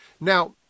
now